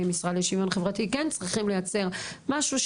כמשרד לשוויון חברתי צריכים לייצר משהו,